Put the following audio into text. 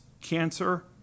cancer